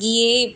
গিয়ে